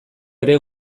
ere